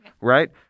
Right